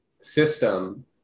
system